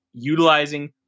Utilizing